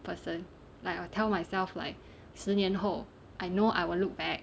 person like I will tell myself like 十年后 I know I will look back